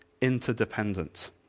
interdependent